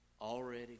already